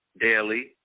daily